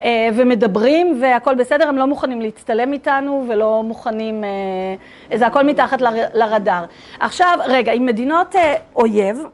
ומדברים והכל בסדר, הם לא מוכנים להצתלם איתנו ולא מוכנים, זה הכל מתחת לרדאר. עכשיו, רגע, עם מדינות אויב...